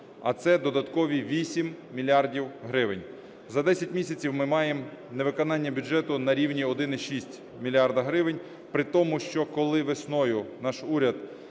а це додаткові 8 мільярдів гривень. За 10 місяців ми маємо невиконання бюджету на рівні 1,6 мільярда гривень, при тому що, коли весною наш уряд